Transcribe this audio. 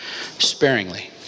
sparingly